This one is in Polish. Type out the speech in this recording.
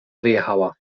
wyjechała